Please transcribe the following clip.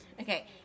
Okay